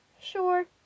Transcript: Sure